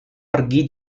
pergi